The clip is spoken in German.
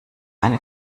eine